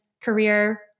career